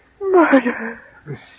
Murder